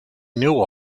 knew